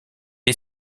est